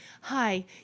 hi